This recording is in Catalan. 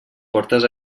portes